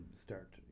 start